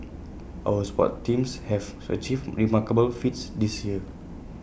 our sports teams have achieved remarkable feats this year